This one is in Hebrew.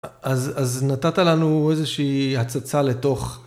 אז, אז נתת לנו איזושהי הצצה לתוך.